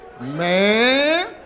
man